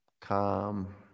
Calm